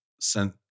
sent